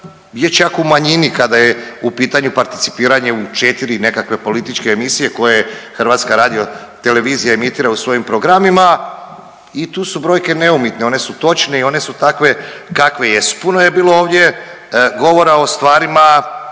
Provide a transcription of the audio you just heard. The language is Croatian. je čak u manjini kada je u pitanju participiranje u četiri nekakve političke emisije koje HRT emitira u svojim programima i tu su brojke neumitne, one su točne i one su takve kakve jesu. Puno je bilo ovdje govora o stvarima